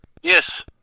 Yes